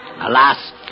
Alas